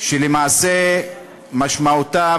שלמעשה משמעותה,